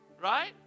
Right